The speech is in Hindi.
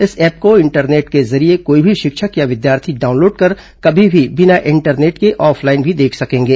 इस ऐप को इंटरनेट के जरिये कोई भी शिक्षक या विद्यार्थी डाउनलोड कर कभी भी बिना इंटरनेट के ऑफलाइन भी देख सकेंगे